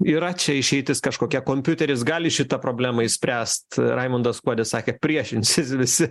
yra čia išeitis kažkokia kompiuteris gali šitą problemą išspręst raimundas kuodis sakė priešinsis visi